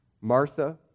Martha